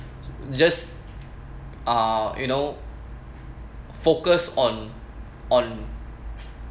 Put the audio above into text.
just uh you know focus on on